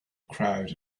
crowd